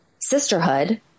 sisterhood